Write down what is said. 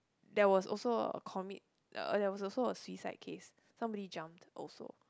there was also a commit uh there was a suicide case somebody jumped also